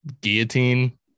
guillotine